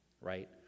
right